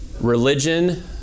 religion